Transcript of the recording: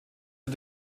der